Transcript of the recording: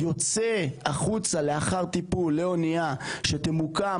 יוצא החוצה לאחר טיפול לאונייה שתמוקם